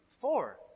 Four